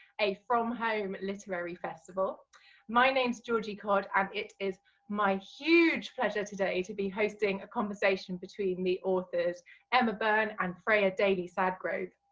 a from home literary festival my name is georgie code and it is my huge pleasure today to be hosting a conversation between the author's emma byrne and freya daly sadgrove